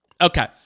Okay